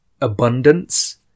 abundance